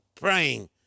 praying